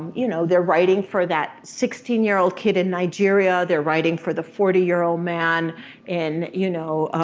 you know, they're writing for that sixteen year old kid in nigeria, they're writing for the forty year old man in, you know,